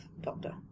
doctor